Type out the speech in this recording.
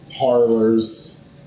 parlors